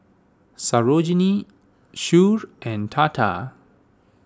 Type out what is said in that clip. Sarojini Choor and Tata